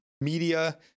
media